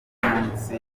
munsi